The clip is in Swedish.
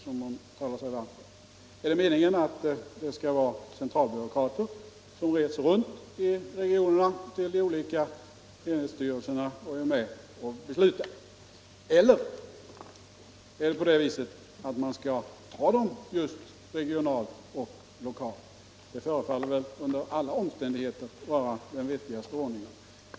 Skall de vara centralbyråkrater som reser runt i regionen till de olika styrelserna och är med och beslutar? Eller skall man hämta dessa representanter regionalt och lokalt? Det förefaller under alla omständigheter vara den vettigaste ordningen.